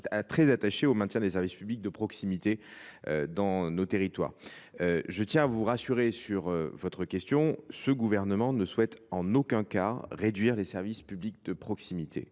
très attaché au maintien des services publics de proximité dans nos territoires. Je tiens à vous rassurer : ce gouvernement ne souhaite en aucun cas réduire les services publics de proximité.